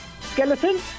skeleton